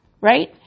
right